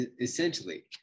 essentially